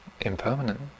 Impermanent